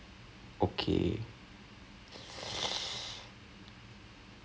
it started it started tearing up and disintegrating and everything so